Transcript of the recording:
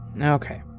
Okay